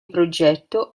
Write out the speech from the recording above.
progetto